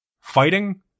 Fighting